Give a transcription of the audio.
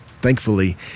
Thankfully